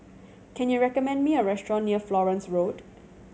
can you recommend me a restaurant near Florence Road